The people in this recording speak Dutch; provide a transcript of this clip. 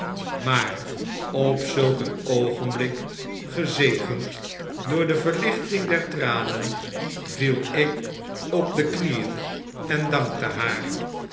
maar op zulk een oogenblik gezegend door de verlichting der tranen viel ik op de knieen en dankte haar